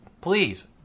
please